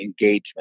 engagement